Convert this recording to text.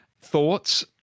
thoughts